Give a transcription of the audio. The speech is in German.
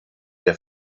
der